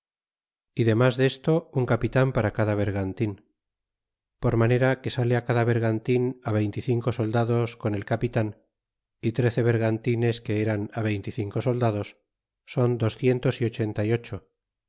y denlas desto un capitan para cada vergantin por manera que sale cada vergantin veinte y cinco soldados con el capitan é trece yergantines que eran á veinte y cinco soldados son docientos y ochenta y ocho